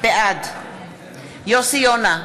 בעד יוסי יונה,